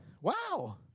Wow